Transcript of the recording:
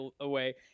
away